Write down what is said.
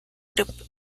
group